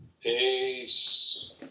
Peace